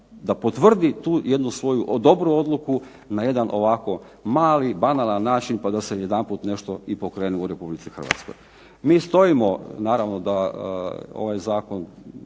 da potvrdi tu jednu svoju dobru odluku na jedan ovako mali, banalan način pa da se jedanput nešto i pokrene u RH. Mi stojimo, naravno da ovaj zakon,